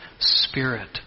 spirit